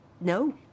No